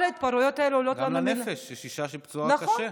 כל ההתפרעויות האלה, גם לנפש, יש אישה פצועה קשה.